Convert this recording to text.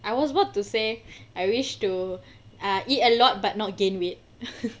I was about to say I wish to ah eat a lot but not gain weight